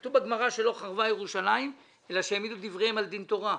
כתוב בגמרא ש"לא חרבה ירושלים אלא שהעמידו דבריהם על דין תורה".